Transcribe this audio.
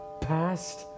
past